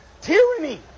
tyranny